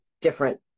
different